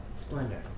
splendor